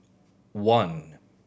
one